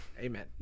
Amen